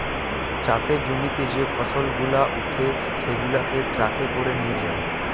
চাষের জমিতে যে ফসল গুলা উঠে সেগুলাকে ট্রাকে করে নিয়ে যায়